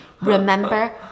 Remember